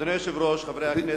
אדוני היושב-ראש, חברי הכנסת,